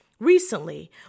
Recently